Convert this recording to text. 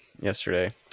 yesterday